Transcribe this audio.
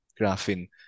graphene